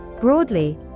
Broadly